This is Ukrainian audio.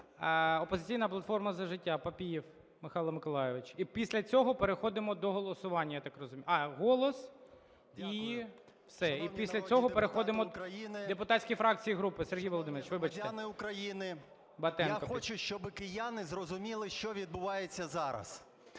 Я хочу, щоби кияни зрозуміли, що відбувається зараз.